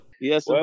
Yes